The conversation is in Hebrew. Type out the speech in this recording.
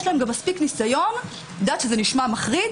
יש להם גם מספיק ניסיון אני יודעת שזה נשמע מחריד